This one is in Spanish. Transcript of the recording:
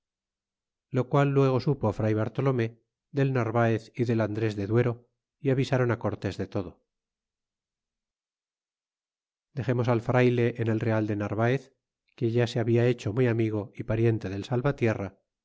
lo qual luego supo fray bartolome del narvaez é del andres de duero y avisaron cortes de todo dexemos al frayle en el real de narvaez que ya se habia hecho muy amigo y pariente del salvatierra